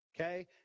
okay